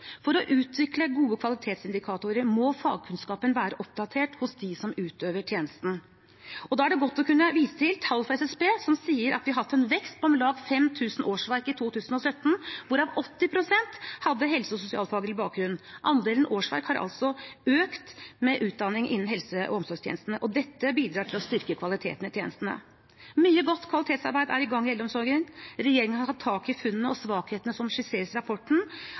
For å utvikle gode kvalitetsindikatorer må fagkunnskapen være oppdatert hos dem som utøver tjenesten. Da er det godt å kunne vise til tall fra SSB, som sier at vi har hatt en vekst på om lag 5 000 årsverk i 2017, hvorav 80 pst. hadde helse- og sosialfaglig bakgrunn. Andelen årsverk med utdanning har altså økt innen helse- og omsorgstjenestene. Dette bidrar til å styrke kvaliteten i tjenestene. Mye godt kvalitetsarbeid er i gang i eldreomsorgen, regjeringen har tatt tak i funnene og svakhetene som skisseres i rapporten.